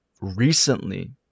recently